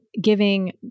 giving